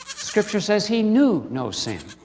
scripture says, he knew no sin.